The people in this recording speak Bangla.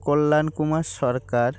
কল্যাণ কুমার সরকার